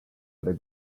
other